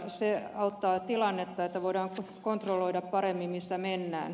se auttaa tilannetta että voidaan kontrolloida paremmin missä mennään